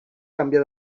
canvià